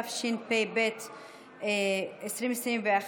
התשפ"ב 2021,